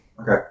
Okay